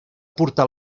portar